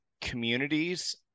communities